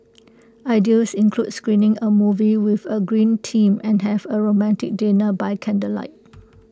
ideas include screening A movie with A green theme and have A romantic dinner by candlelight